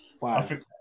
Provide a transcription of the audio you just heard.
Five